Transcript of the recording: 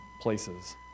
places